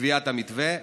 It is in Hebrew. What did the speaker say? בקביעת המתווה?